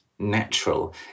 Natural